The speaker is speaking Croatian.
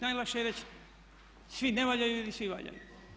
Najlakše je reći svi ne valjaju ili svi valjaju.